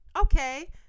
Okay